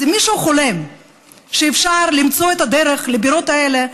אז אם מישהו חולם שאפשר למצוא את הדרך לבירות האלה,